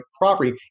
property